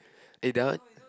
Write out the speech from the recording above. eh that one